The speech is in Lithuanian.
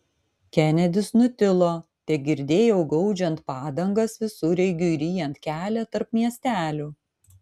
kenedis nutilo tegirdėjau gaudžiant padangas visureigiui ryjant kelią tarp miestelių